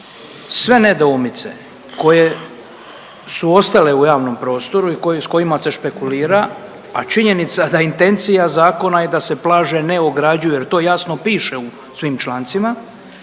sve nedoumice koje su ostale u javnom prostoru i s kojima se spekulira, a činjenica da intencija zakona je da se plaže ne ograđuju jer to jasno piše u svim člancima